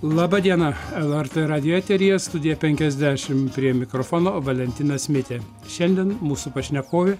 laba diena lrt radijo eteryje studija penkiasdešimt prie mikrofono valentinas mitė šiandien mūsų pašnekovė